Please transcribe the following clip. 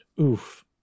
oof